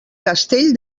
castell